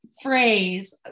phrase